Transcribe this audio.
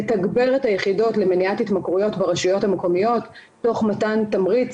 צריך לתגבר את היחידות למניעת התמכרויות ברשויות המקומיות תוך מתן תמריץ